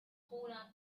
roland